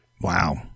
Wow